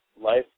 life